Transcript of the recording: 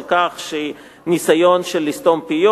על כך שזה ניסיון לסתום פיות